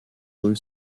blue